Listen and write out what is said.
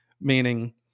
meaning